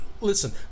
listen –